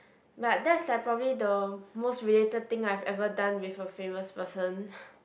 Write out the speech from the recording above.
but that's like probably the most related thing I've ever done with a famous person